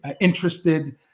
interested